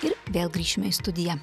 ir vėl grįšime į studiją